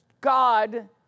God